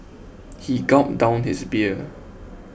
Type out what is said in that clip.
he gulped down his beer